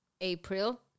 April